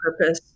purpose